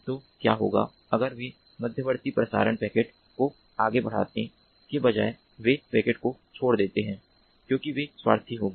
तो क्या होगा अगर ये मध्यवर्ती प्रसारण पैकेट को आगे बढ़ाने के बजाय वे पैकेट को छोड़ देते हैं क्योंकि वे स्वार्थी होंगे